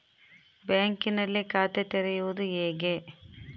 ಬ್ಯಾಂಕಿನಲ್ಲಿ ಖಾತೆ ತೆರೆಯುವುದು ಹೇಗೆ?